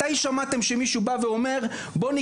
מדוע שלא